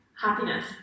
happiness